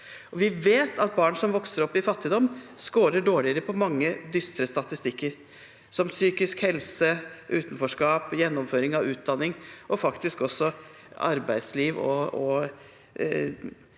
Vi vet at barn som vokser opp i fattigdom, skårer dårligere på mange dystre statistikker, som psykisk helse, utenforskap, gjennomføring av utdanning og faktisk også arbeidsliv. Det